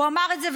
הוא אמר את זה,